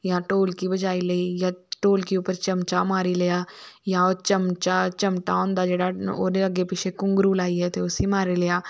जां ढोलकी बजाई लैंदियां जां ढोलकी उप्पर चमचा मारी लेआ जां चमचा चमटा होंदा जेहड़ा ओहदे अग्गे पिच्छे घुंघरु लाइयै ते उसी मारी लेआ